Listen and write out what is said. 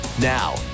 Now